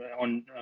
on